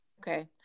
Okay